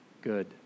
good